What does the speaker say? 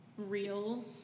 real